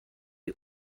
die